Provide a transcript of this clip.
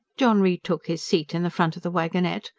john re-took his seat in the front of the wagonette,